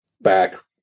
back